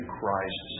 Christ